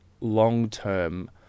long-term